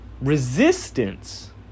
resistance